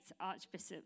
Archbishop